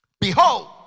Behold